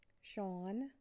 Sean